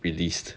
released